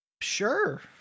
Sure